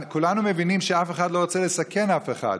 כולנו מבינים שאף אחד לא רוצה לסכן אף אחד,